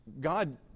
God